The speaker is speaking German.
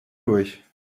durch